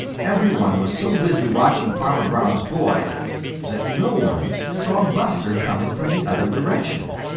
every one was so busy watching farmer brown's boy that no one saw buster coming from the other direction.